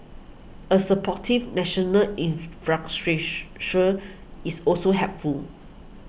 a supportive national infrastructure is also helpful